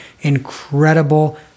Incredible